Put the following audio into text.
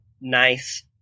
nice